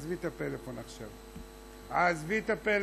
עזבי את הפלאפון עכשיו, עזבי את הפלאפון.